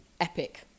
epic